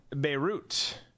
Beirut